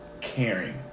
caring